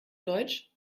deutsch